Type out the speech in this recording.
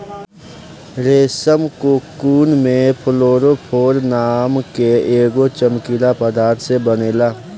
रेशम कोकून में फ्लोरोफोर नाम के एगो चमकीला पदार्थ से बनेला